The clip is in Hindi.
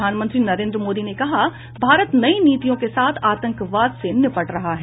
प्रधानमंत्री नरेन्द्र मोदी ने कहा भारत नई नीतियों के साथ आतंकवाद से निपट रहा है